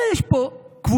הרי יש פה קבוצה